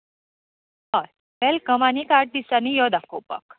हय वॅलकम आनी आठ दिसांनी यो दाखोवपाक